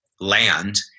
land